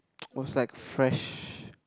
was like fresh